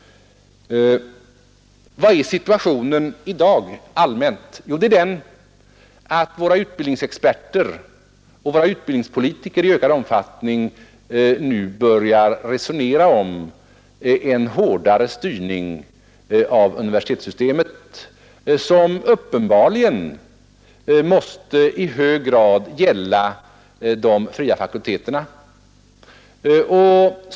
Hur är situationen i dag allmänt sett? Jo, den utmärkes av att våra utbildningsexperter och utbildningspolitiker i ökad omfattning börjar resonera om en hårdare styrning av universitetssystemet, vilket uppenbarligen i hög grad måste gälla de fria fakulteterna.